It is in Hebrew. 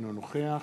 אינו נוכח